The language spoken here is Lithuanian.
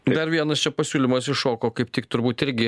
dar vienas čia pasiūlymas iššoko kaip tik turbūt irgi